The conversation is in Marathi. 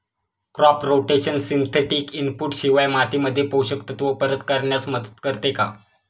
क्रॉप रोटेशन सिंथेटिक इनपुट शिवाय मातीमध्ये पोषक तत्त्व परत करण्यास मदत करते का?